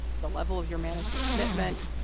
the level of your management commitment,